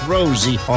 Rosie